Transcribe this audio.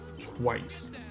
twice